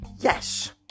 Yes